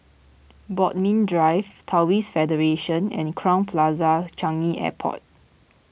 Bodmin Drive Taoist Federation and Crowne Plaza Changi Airport